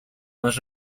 más